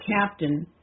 captain